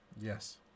Yes